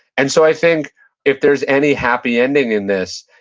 and so i think if there's any happy ending in this,